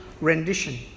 rendition